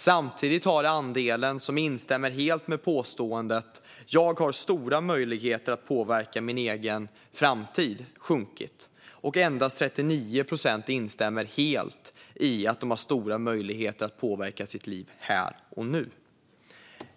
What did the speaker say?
Samtidigt har andelen som instämmer helt med påståendet "Jag har stora möjligheter att påverka min egen framtid" sjunkit, och endast 39 procent instämmer helt i att de har stora möjligheter att påverka sina liv här och nu.